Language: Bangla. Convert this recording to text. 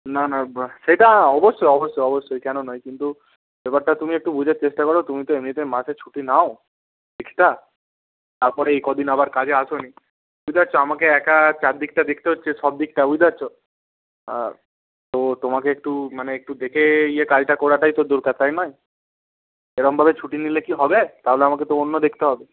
না না সেটা অবশ্যই অবশ্যই অবশ্যই কেন নয় কিন্তু ব্যাপারটা তুমি একটু বোঝার চেষ্টা করো তুমি তো এমনিতে মাসে ছুটি নাও এক্সট্রা তার পরে এই কদিন আবার কাজে আসনি বুঝতে পারছ আমাকে একা চারদিকটা দেখতে হচ্ছে সব দিকটা বুঝতে পারছ তো তোমাকে একটু মানে একটু দেখে ইয়ে কাজটা করাটাই তো দরকার তাই নয় এরকমভাবে ছুটি নিলে কি হবে তাহলে আমাকে তো অন্য দেখতে হবে